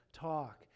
talk